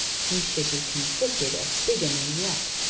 he should be convicted of bigamy yet